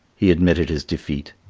he admitted his defeat.